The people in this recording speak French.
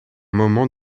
moment